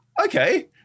okay